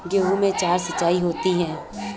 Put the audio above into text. गेहूं में चार सिचाई होती हैं